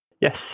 Yes